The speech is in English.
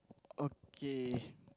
okay